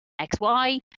XY